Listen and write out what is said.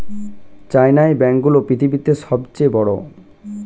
চায়নার ব্যাঙ্ক গুলো পৃথিবীতে সব চেয়ে বড়